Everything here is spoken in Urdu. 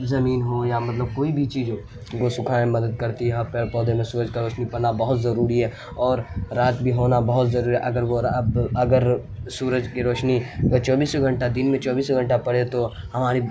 زمین ہو یا مطلب کوئی بھی چیز ہو اس کو سکھانے میں مدد کرتی ہیں یہاں پیڑ پودے میں سورج کا روشنی پانا بہت ضروری ہے اور رات بھی ہونا بہت ضروری ہے اگر وہ اب اگر سورج کی روشنی چوبیسو گھنٹہ دن میں چوبیسو گھنٹہ پڑے تو ہماری